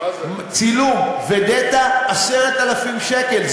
צילום ודאטה, 10,000 שקל.